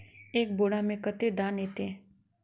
एक बोड़ा में कते दाना ऐते?